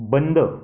बंद